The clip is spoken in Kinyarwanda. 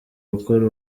gukora